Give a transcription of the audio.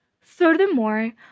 Furthermore